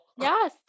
yes